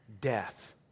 death